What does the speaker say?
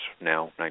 now